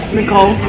Nicole